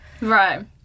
Right